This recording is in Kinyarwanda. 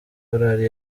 korali